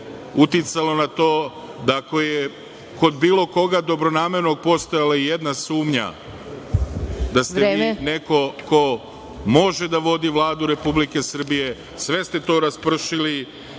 uticalo na to da ako je kod bilo koga, dobronamernog, postojala ijedna sumnja da ste vi neko ko može da vodi Vladu Republike Srbije, sve ste to raspršili